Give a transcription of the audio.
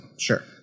Sure